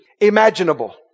imaginable